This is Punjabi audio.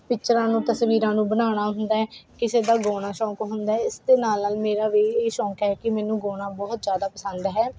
ਪਿੱਕਚਰਾਂ ਨੂੰ ਤਸਵੀਰਾਂ ਨੂੰ ਬਣਾਉਣਾ ਹੁੰਦਾ ਹੈ ਕਿਸੇ ਦਾ ਗਾਉਣਾ ਸ਼ੌਂਕ ਹੁੰਦਾ ਹੈ ਇਸ ਦੇ ਨਾਲ ਨਾਲ ਮੇਰਾ ਵੀ ਇਹ ਸ਼ੌਂਕ ਹੈ ਕਿ ਮੈਨੂੰ ਗਾਉਣਾ ਬਹੁਤ ਜ਼ਿਆਦਾ ਪਸੰਦ ਹੈ